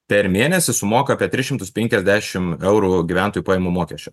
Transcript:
per mėnesį sumoka apie tris šimtus penkiasdešim eurų gyventojų pajamų mokesčio